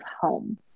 home